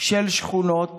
של שכונות